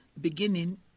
beginning